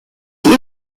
die